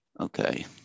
okay